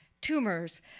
tumors